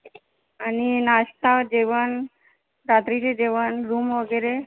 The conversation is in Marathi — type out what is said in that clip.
आणि नाश्ता जेवण रात्रीचे जेवण रूम वगैरे